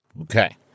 Okay